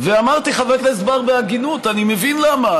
אמרתי, חבר הכנסת בר בהגינות, אני מבין למה.